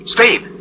Steve